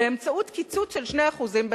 באמצעות קיצוץ של 2% בתקציב,